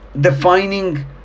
defining